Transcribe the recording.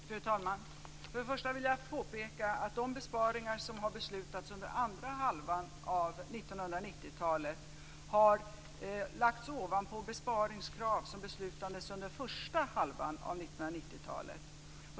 Fru talman! Allra först vill jag påpeka att de besparingar som har beslutats under andra halvan av 1990-talet har lagts ovanpå besparingskrav som beslutades under första halvan av 1990-talet.